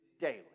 daily